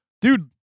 dude